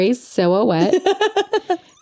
silhouette